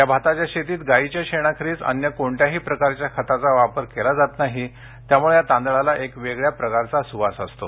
या भाताच्या शेतीत गाईच्या शेणाखेरीज अन्य कोणत्याही प्रकारच्या खताचा वापर केला जात नाही त्यामुळं या तांदळाला एक वेगळ्या प्रकारचा सुवास असतो